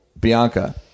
Bianca